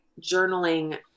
journaling